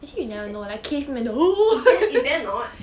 is there is there not